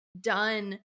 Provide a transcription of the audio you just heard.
done